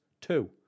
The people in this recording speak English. Two